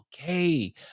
okay